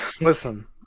listen